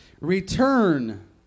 return